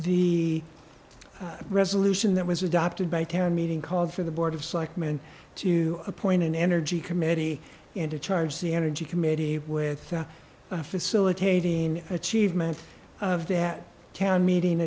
the resolution that was adopted by town meeting called for the board of selectmen to appoint an energy committee and to charge the energy committee with a facilitating achievement of that town meeting